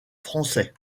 français